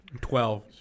Twelve